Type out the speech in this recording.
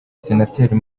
senateri